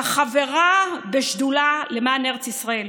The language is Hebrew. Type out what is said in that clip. כחברה בשדולה למען ארץ ישראל